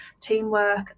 teamwork